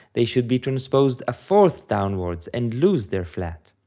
they should be transposed a fourth downwards and lose their flat.